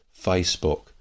Facebook